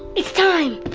it's time!